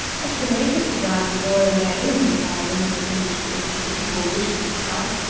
i should have hated to drive the boy away, and deprive him of a position which the people wish him to have.